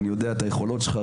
אני יודע את היכולות שלך.